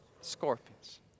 Scorpions